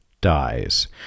dies